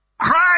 Christ